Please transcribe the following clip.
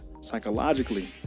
psychologically